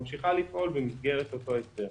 ממשיכה לפעול במסגרת אותו הסדר.